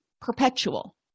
perpetual